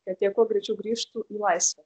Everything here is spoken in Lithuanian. kad jie kuo greičiau grįžtų į laisvę